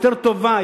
יותר טובה,